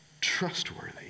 trustworthy